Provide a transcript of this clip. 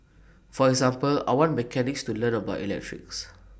for example I want mechanics to learn about electrics